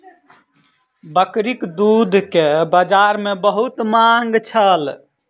बकरीक दूध के बजार में बहुत मांग छल